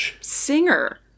singer